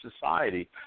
society